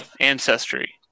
Ancestry